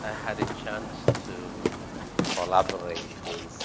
ah had a chance to collaborate with